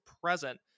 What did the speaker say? present